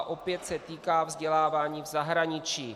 Opět se týká vzdělávání v zahraničí.